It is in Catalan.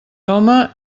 home